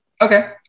Okay